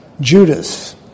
Judas